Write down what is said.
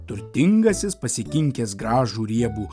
turtingasis pasikinkęs gražų riebų